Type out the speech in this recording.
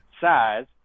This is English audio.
size